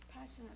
Passionate